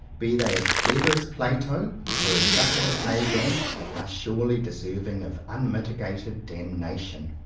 be they as clever as plato or as subtle as hegel, are surely deserving of un mitigated damnation.